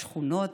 בשכונות,